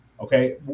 okay